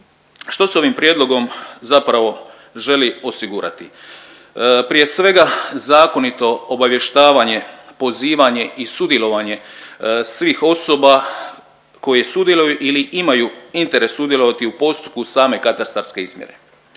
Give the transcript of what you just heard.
Što se ovim prijedlogom zapravo želi osigurati? Prije svega zakonito obavještavanje, pozivanje i sudjelovanje svih osoba koje sudjeluju ili imaju interes sudjelovati u postupku same katastarske izmjere.